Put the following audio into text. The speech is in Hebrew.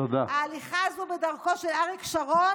ההליכה הזאת בדרכו של אריק שרון,